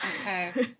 Okay